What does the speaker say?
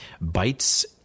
Bites